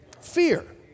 fear